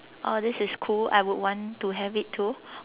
oh this is cool I would want to have it too